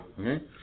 okay